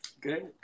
Good